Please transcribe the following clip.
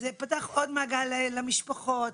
זה פתח עוד מעגל בפני המשפחות.